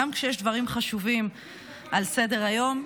גם כשיש דברים חשובים על סדר-היום.